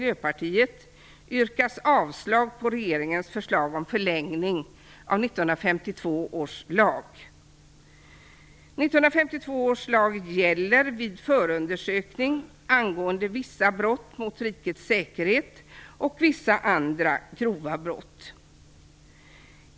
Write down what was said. Jag yrkar alltså avslag även på reservation 3.